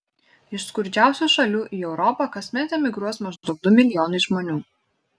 iš skurdžiausių šalių į europą kasmet emigruos maždaug du milijonai žmonių